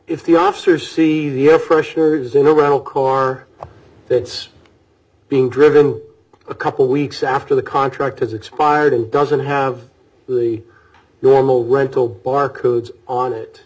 if the officers see the air fresheners in a rental car being driven a couple of weeks after the contract has expired and doesn't have the normal rental bar codes on it